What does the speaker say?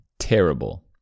Terrible